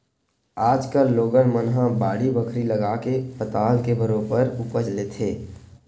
आज कल लोगन मन ह बाड़ी बखरी लगाके पताल के बरोबर उपज लेथे